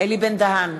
אלי בן-דהן,